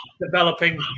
developing